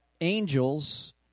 angels